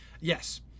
Yes